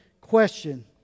question